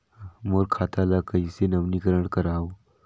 मोर खाता ल कइसे नवीनीकरण कराओ?